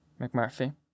McMurphy